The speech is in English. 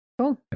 Cool